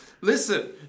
Listen